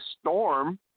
Storm